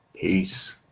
peace